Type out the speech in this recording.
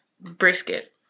brisket